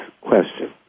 question